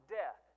death